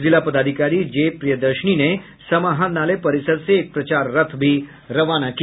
जिला पदाधिकारी जे प्रियदर्शनी ने समाहरणालय परिसर से एक प्रचार रथ भी रवाना किया